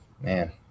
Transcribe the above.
man